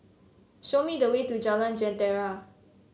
show me the way to Jalan Jentera